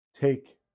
Take